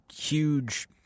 huge